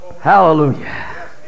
Hallelujah